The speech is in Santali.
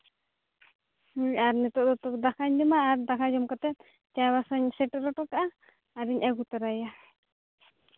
ᱦᱩᱸ ᱟᱨ ᱱᱤᱛᱳᱜ ᱫᱚ ᱛᱚᱵᱮ ᱫᱟᱠᱟᱧ ᱡᱚᱢᱟ ᱟᱨ ᱫᱟᱠᱟ ᱡᱚᱢ ᱠᱟᱛᱮᱫ ᱪᱟᱭᱵᱟᱥᱟᱧ ᱥᱮᱴᱮᱨ ᱦᱚᱴᱚ ᱠᱟᱜᱼᱟ ᱟᱨᱤᱧ ᱟᱹᱜᱩ ᱛᱟᱨᱟᱭᱮᱭᱟ